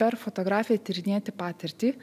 per fotografiją tyrinėti patirtį